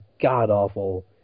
god-awful